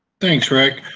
thanks, rick.